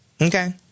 Okay